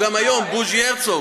שהוא גם היום בוז'י הרצוג,